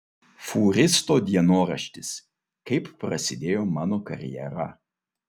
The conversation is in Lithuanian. fūristo dienoraštis kaip prasidėjo mano karjera